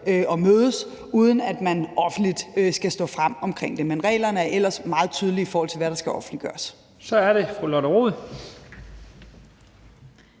at mødes, uden at man skal stå offentligt frem omkring det. Men reglerne er ellers meget tydelige, i forhold til hvad der skal offentliggøres. Kl. 15:13 Første